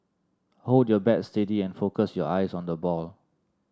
hold your bat steady and focus your eyes on the ball